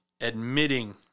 admitting